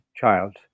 child